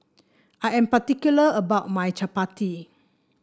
I am particular about my chappati